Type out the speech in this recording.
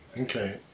Okay